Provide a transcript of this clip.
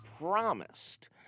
promised